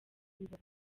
biba